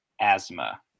asthma